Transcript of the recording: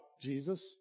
Jesus